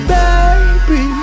baby